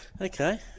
Okay